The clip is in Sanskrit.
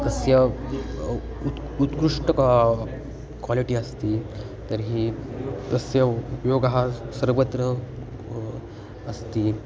तस्य उत् उत्कृष्टं का क्वालिटि अस्ति तर्हि तस्य उपयोगः सर्वत्र अस्ति